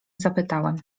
zapytałem